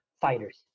fighters